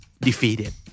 defeated